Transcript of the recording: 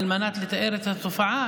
על מנת לתאר את התופעה,